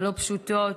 לא פשוטות,